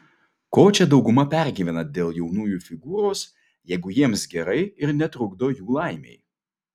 ko čia dauguma pergyvenat dėl jaunųjų figūros jeigu jiems gerai ir netrukdo jų laimei